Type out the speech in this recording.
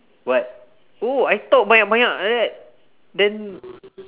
what oh I talk banyak banyak like that then